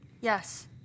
Yes